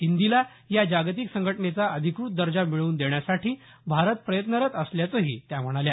हिंदीला या जागतिक संघटनेचा अधिकृत दर्जा मिळवून देण्यासाठी भारत प्रयत्नरत असल्याचंही त्या म्हणाल्या